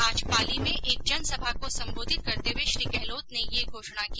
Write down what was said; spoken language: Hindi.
आज पाली में एक जनसभा को संबोधित करते हुए श्री गहलोत ने यह घोषणा की